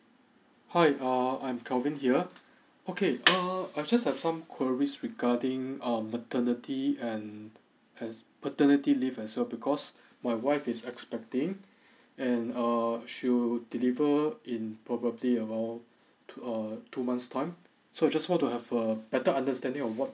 how err I'm kelvin here okay err I just have some queries regarding uh maternity and as paternity leave as well because my wife is expecting and err she will deliver in probably about uh two uh two months time so I just want to have a better understanding of what